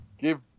give